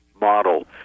model